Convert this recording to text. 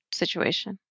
situation